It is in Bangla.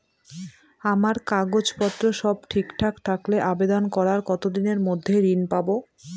আমার কাগজ পত্র সব ঠিকঠাক থাকলে আবেদন করার কতদিনের মধ্যে ঋণ পাব?